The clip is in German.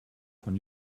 von